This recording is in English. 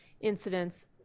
incidents